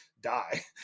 die